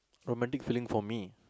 romantic feeling for me